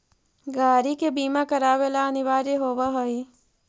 गाड़ि के बीमा करावे ला अनिवार्य होवऽ हई